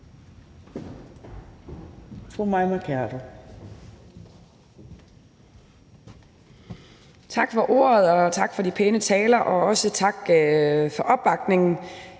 Tak for ordet, og tak for de pæne taler, og også tak for opbakningen.